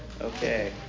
Okay